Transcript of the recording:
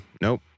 Nope